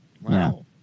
Wow